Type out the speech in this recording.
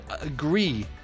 agree